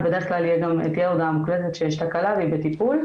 אז בדרך כלל תהיה הודעה מוקלטת שיש תקלה והיא בטיפול.